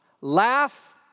laugh